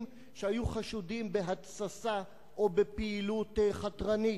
שהיו חשודים בהתססה או בפעילות חתרנית.